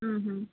ಹ್ಞೂ ಹ್ಞೂ